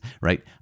right